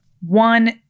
one